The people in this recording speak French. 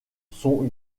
sont